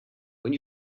when